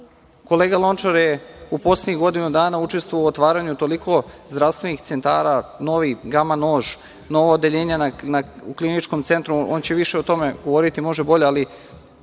Lončar je u poslednjih godinu dana učestvovao u otvaranju toliko zdravstvenih centara, novi gama nož, nova odeljenja u Kliničkom centru. On će više o tome govoriti, možda bolja, ali